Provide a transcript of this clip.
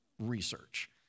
research